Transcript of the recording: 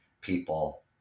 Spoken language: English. people